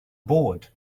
bod